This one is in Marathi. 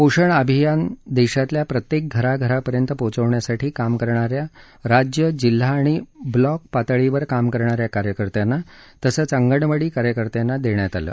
पोषण अभियान देशातल्या प्रत्येक घराघरापर्यंत पोचवण्यासाठी काम करणा या राज्य जिल्हा आणि ब्लॉक पातळीवर काम करणा या कार्यकत्यांना तसंच अंगणवाडी कार्यकर्त्यांना देण्यात आले